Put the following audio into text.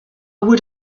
would